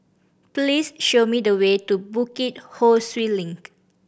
please show me the way to Bukit Ho Swee Link